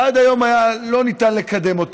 שעד היום לא היה ניתן לקדם,